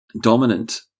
dominant